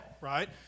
right